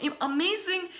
amazing